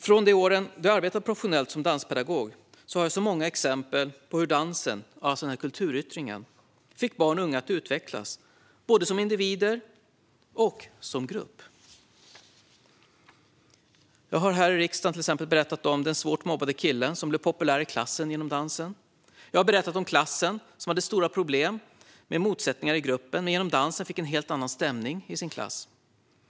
Från de år då jag arbetade professionellt som danspedagog har jag många exempel på hur dansen, alltså den kulturyttringen, fick barn och unga att utvecklas både som individer och som grupp. Jag har här i riksdagen till exempel berättat om den svårt mobbade killen, som blev populär i klassen genom dansen. Jag har berättat om klassen som hade stora problem med motsättningar i gruppen - genom dansen fick de en helt annan stämning i klassen.